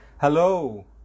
Hello